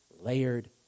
layered